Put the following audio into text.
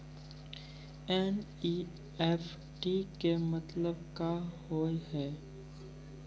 NEFT के मतलब का होव हेय?